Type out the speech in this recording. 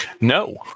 No